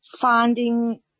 finding